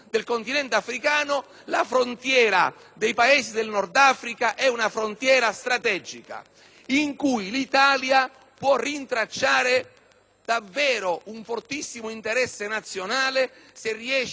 e l'Italia può rintracciare davvero un fortissimo interesse nazionale se riesce ad imprimere alla politica dell'Unione questa direttrice,